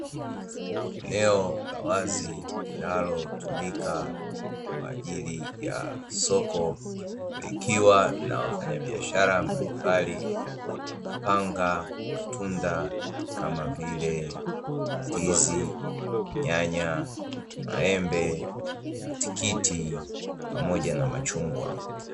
Eneo la wazi linalotumika kwa ajili ya soko likiwa na wafanyabiashara mbalimbali wamepanga matunda kama vile: ndizi, nyanya, maembe, matikiti pamoja na machungwa.